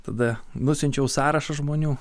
tada nusiunčiau sąrašą žmonių